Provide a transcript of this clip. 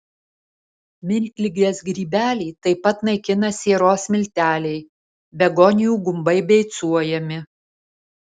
miltligės grybelį taip pat naikina sieros milteliai begonijų gumbai beicuojami